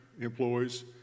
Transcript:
employees